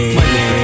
money